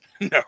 No